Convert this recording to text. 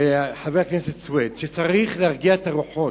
חבר הכנסת סוייד, שצריך להרגיע את הרוחות,